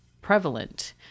prevalent